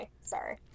Sorry